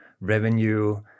revenue